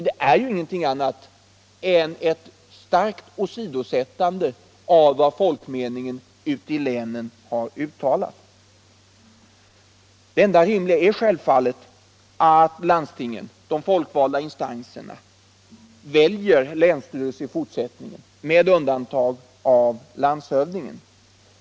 Det enda rimliga är självfallet att landstingen — de folkvalda instanserna —- väljer länsstyrelse i fortsättningen med undantag av landshövdingen.